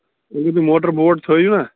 تُہۍ ییٚتہِ motor boat تھٲوِو نا